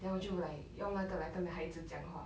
then 我就 like 用那个来跟了孩子讲话